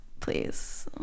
please